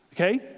okay